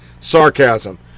Sarcasm